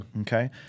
Okay